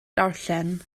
darllen